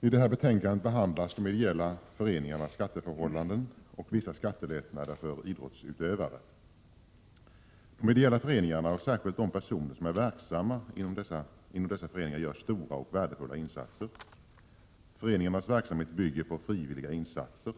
I det här betänkandet behandlas de ideella föreningarnas skatteförhållanden och vissa skattelättnader för idrottsutövare. De ideella föreningarna och särskilt de personer som är verksamma inom dessa gör stora och värdefulla insatser. Föreningarnas verksamhet bygger på frivilliga insatser.